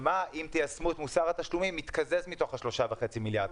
מה מתקזז מתוך ה-3.5 מיליארד אם תיישמו את חוק מוסר תשלומים.